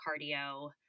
cardio